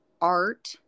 art